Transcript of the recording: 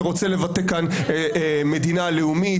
שרוצה לבטא כאן מדינה לאומית,